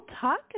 talk